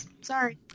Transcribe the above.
Sorry